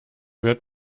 wird